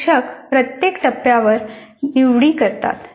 शिक्षक प्रत्येक टप्प्यावर निवडी करतात